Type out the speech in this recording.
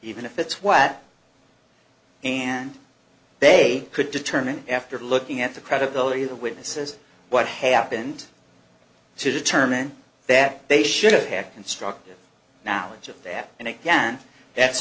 even if it's wet and they could determine after looking at the credibility of the witnesses what happened to determine that they should have constructive knowledge of that and again that's